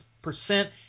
percent